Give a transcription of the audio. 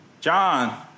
John